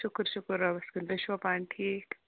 شُکُر شُکُر رۅبَس کُن تُہۍ چھِوا پانہٕ ٹھیٖک